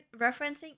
referencing